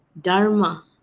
dharma